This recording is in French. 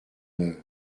neuve